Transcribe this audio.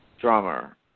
drummer